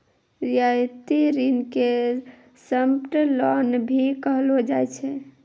रियायती ऋण के सॉफ्ट लोन भी कहलो जाय छै